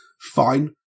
fine